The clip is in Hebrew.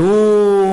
והוא